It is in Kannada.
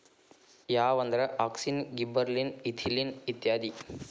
ಯಾವಂದ್ರ ಅಕ್ಸಿನ್, ಗಿಬ್ಬರಲಿನ್, ಎಥಿಲಿನ್ ಇತ್ಯಾದಿ